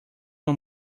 uma